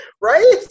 Right